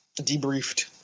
debriefed